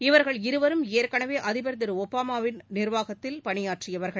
இவர்கள் இருவரும் ஏற்கனவேஅதிபர் திருஒபாமாவின் நிர்வாகத்தில் பணியாற்றியவர்கள்